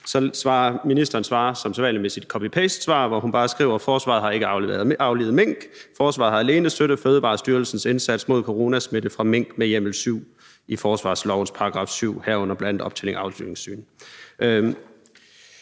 svarer så som sædvanlig med sit copy-paste-svar ved bare at skrive: »Forsvaret har ikke aflivet mink. Forsvaret har alene støttet Fødevarestyrelsens indsats mod coronasmitte fra mink med hjemmel i Forsvarslovens paragraf 7, herunder bl.a. med optælling og afslutningssyn.«